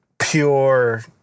pure